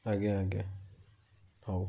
ଆଜ୍ଞା ଆଜ୍ଞା ହଉ